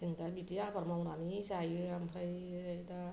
जों दा बिदि आबाद मावनानै जायो ओमफ्राय दा